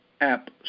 App